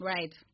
Right